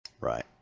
Right